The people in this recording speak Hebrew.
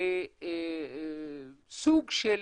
לסוג של